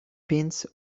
pins